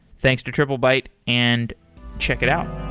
thanks to triplebyte, and check it out.